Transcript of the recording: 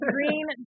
Green